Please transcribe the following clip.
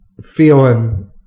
feeling